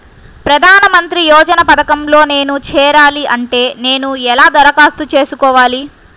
ప్రధాన మంత్రి యోజన పథకంలో నేను చేరాలి అంటే నేను ఎలా దరఖాస్తు చేసుకోవాలి?